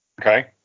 Okay